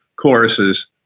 choruses